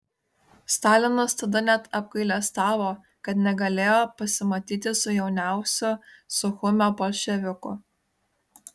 stalinas tada net apgailestavo kad negalėjo pasimatyti su jauniausiu suchumio bolševiku